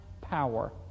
power